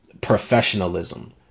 professionalism